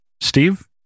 Steve